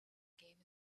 game